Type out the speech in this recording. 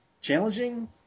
Challenging